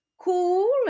cool